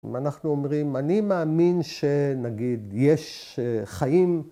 ‫אם אנחנו אומרים, אני מאמין ‫שנגיד יש חיים...